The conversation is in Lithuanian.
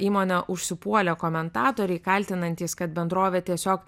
įmonę užsipuolė komentatoriai kaltinantys kad bendrovė tiesiog